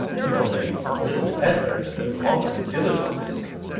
but only a little better than the common dilettantism.